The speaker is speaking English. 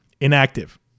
inactive